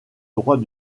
droit